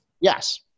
Yes